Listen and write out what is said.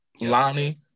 Lonnie